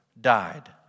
died